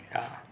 ya